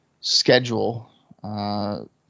schedule